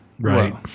Right